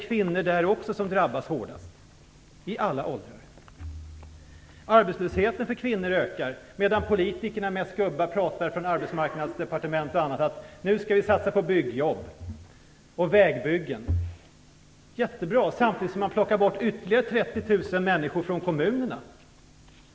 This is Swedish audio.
Även där är det kvinnor i alla åldrar som drabbas hårdast. - mest gubbar - pratar om att man skall satsa på byggjobb och vägbyggen. Det gör man samtidigt som man plockar bort ytterligare 30 000 människor från kommunerna.